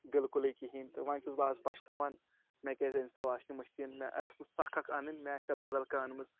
بلکُلٕے کِہینۍ تہٕ وۄںۍ چھُس بہٕ اَز پَچھتاوان مےٚ کیاز أنۍ سۄ واشِنٛگ مِشیٖن مےٚ ٲسۍ نہٕ ساکھ اَکھ اَنٕنۍ مےٚ آسہِ ہا بَدل کانٛہہ أنمٕژ